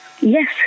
Yes